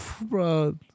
bro